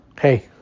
Hey